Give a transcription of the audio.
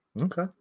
Okay